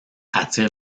attire